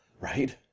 right